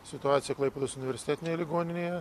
situaciją klaipėdos universitetinėj ligoninėje